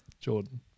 Jordan